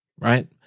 right